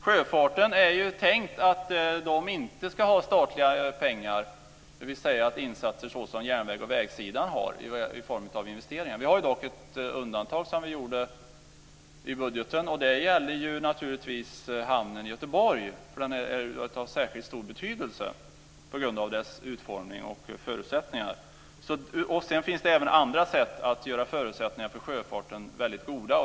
Sjöfarten är inte tänkt att få statliga pengar, dvs. sådana satsningar som görs på vägsidan och järnvägssidan i form av investeringar. Vi har dock gjort ett undantag i budgeten, och det gäller hamnen i Göteborg. Den är av särskilt stor betydelse på grund av dess utformning och förutsättningar. Sedan finns det även andra väldigt bra sätt att ge förutsättningar för sjöfarten.